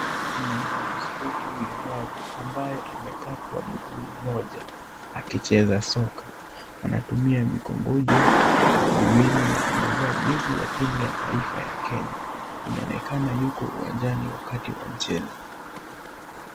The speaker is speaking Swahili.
Ni mwanaspoti mlemavu ambaye amekatwa mguu mmoja akicheza soka. Anatumia mikongojo miwili na amevaa jezi ya timu ya taifa ya Kenya. Inaonekana yuko uwanjani wakati wa mchezo.